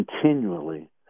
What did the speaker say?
continually